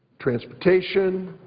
transportation,